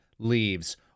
leaves